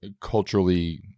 culturally